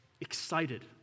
excited